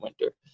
winter